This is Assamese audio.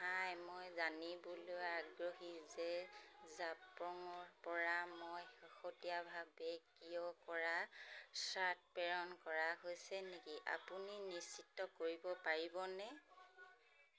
হাই মই জানিবলৈ আগ্ৰহী যে জাবং ৰপৰা মই শেহতীয়াভাৱে ক্ৰয় কৰা শ্বাৰ্ট প্ৰেৰণ কৰা হৈছে নেকি আপুনি নিশ্চিত কৰিব পাৰিবনে